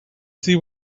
see